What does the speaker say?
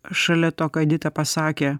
šalia to ką edita pasakė